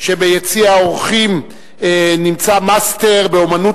לכך שביציע האזרחים נמצא מאסטר באמנות